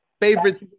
favorite